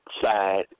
side